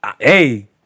hey